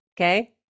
okay